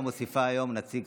מוסיפה היום נציג.